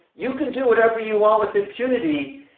you can do whatever you want with impunity,